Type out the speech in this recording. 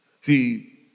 See